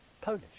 Polish